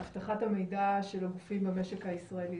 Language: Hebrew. אבטחת המידע של הגופים במשק הישראלי?